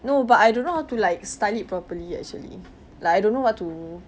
no but I don't how to like start it properly actually like I don't know how to